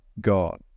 God